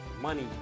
money